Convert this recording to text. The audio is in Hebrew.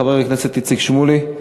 חבר הכנסת איציק שמולי,